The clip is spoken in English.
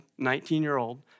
19-year-old